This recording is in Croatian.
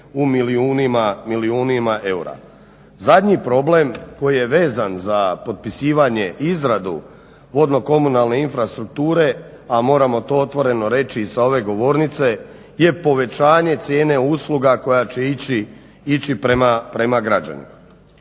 u milijunima eura. Zadnji problem koji je vezan za potpisivanje i izradu vodno-komunalne infrastrukture, a moramo to otvoreno reći i sa ove govornice je povećanje cijene usluga koja će ići prema građanima.